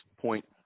point